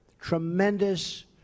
tremendous